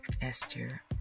Esther